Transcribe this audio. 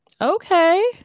Okay